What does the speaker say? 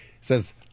says